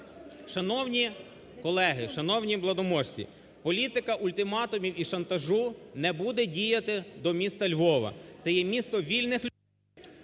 шановні колеги, шановні владоможці, політика ультиматумів і шантажу не буде діяти до мі ста Львова. Це є місто вільних людей...